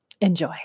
Enjoy